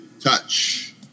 touch